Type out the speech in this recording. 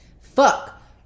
fuck